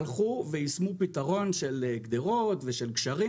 הלכו ויישמו פתרון של גדרות ושל גשרים